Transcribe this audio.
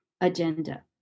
agenda